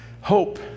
Hope